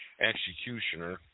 executioner